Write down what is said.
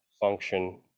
function